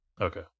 Okay